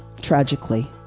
tragically